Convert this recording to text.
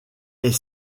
est